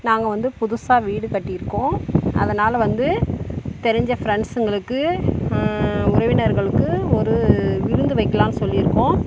நாங்கள் வந்து புதுசாக வீடு கட்டிருக்கோம் அதனால் வந்து தெரிஞ்ச ஃப்ரெண்ட்ஸுங்களுக்கு உறவினர்களுக்கு ஒரு விருந்து வைக்கலான்னு சொல்லிருக்கோம்